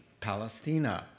Palestina